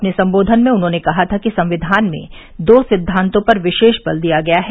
अपने संबोधन में उन्होंने कहा था कि संविधान में दो सिद्वान्तों पर विशेष बल दिया गया है